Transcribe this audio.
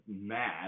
mad